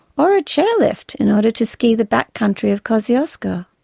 or a chairlift in order to ski the backcountry of kosciusko.